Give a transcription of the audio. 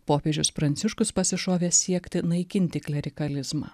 popiežius pranciškus pasišovė siekti naikinti klerikalizmą